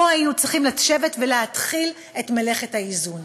פה היו צריכים לשבת ולהתחיל את מלאכת האיזון.